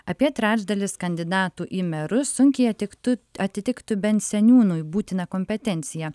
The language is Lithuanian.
apie trečdalis kandidatų į merus sunkiai atiktų atitiktų bent seniūnui būtiną kompetenciją